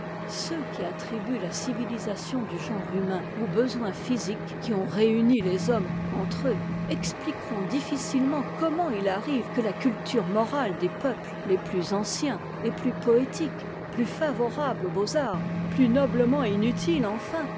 ceux qui attribuent la civilisation du genre humain aux besoins physiques qui ont réuni les hommes entre eux expliqueront difficilement comment it arrive que la culture morale des peuples les plus ii anciens est plus poétique plus favorable aux beauxarts plus noblement inutile enfin